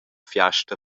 fiasta